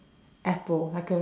apple like a